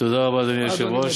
תודה רבה, אדוני היושב-ראש.